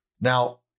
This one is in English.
Now